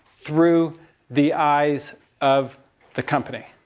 through the eyes of the company,